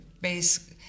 base